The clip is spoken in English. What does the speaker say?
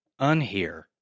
unhear